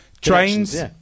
trains